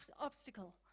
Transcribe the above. obstacle